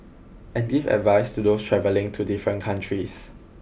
and give advice to those travelling to different countries